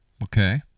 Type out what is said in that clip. Okay